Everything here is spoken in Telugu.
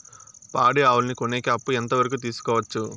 పాడి ఆవులని కొనేకి అప్పు ఎంత వరకు తీసుకోవచ్చు?